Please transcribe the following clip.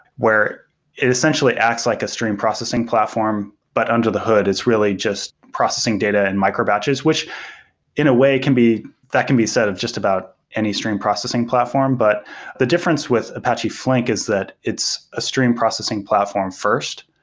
where it essentially acts like a stream processing platform, but under the hood is really just processing data in micro batches, which in a way can be that can be said of just about any stream processing platform, but the difference with apache flink is that it's a stream processing platform first.